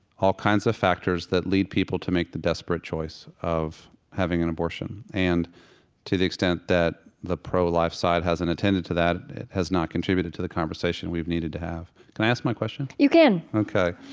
all kinds of factors that lead people to make the desperate choice of having an abortion. and to the extent that the pro-life side hasn't attended to that, has not contributed to the conversation we've needed to have. can i ask my question? you can ok.